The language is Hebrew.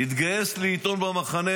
התגייס לעיתון במחנה